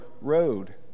road